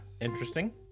interesting